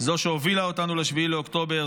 זו שהובילה אותנו ל-7 באוקטובר,